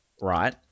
right